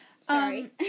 Sorry